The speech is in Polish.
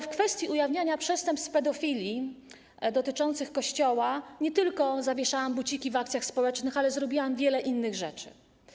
W kwestii ujawniania przestępstw pedofilii dotyczących Kościoła nie tylko zawieszałam buciki w ramach akcji społecznych, ale zrobiłam wiele innych rzeczy.